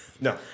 No